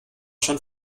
schon